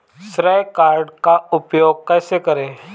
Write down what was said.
श्रेय कार्ड का उपयोग कैसे करें?